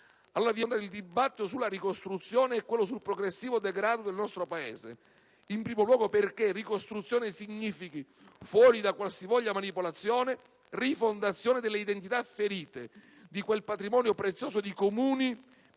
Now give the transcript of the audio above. affrontare il dibattito sulla ricostruzione e sul progressivo degrado del nostro Paese, in primo luogo perché ricostruzione significhi, fuori da qualsivoglia manipolazione, rifondazione delle identità ferite, di quel patrimonio prezioso di Comuni